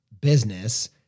business